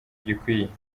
gikwiye